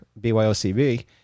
BYOCB